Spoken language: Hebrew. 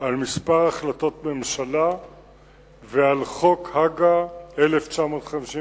על כמה החלטות ממשלה ועל חוק הג"א מ-1951,